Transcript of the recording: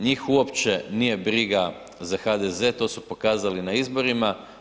Njih uopće nije briga za HDZ, to su pokazali na izborima.